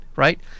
Right